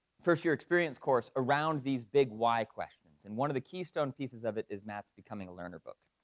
first year experience course around these big why questions, and one of the keystone pieces of it is matt's becoming a learner book.